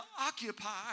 occupy